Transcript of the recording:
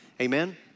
Amen